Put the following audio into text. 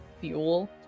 fuel